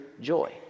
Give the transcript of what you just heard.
joy